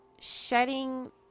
shedding